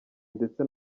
ndetse